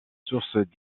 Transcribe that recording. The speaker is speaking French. sources